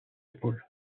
épaule